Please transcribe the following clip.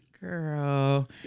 girl